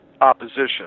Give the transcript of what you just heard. opposition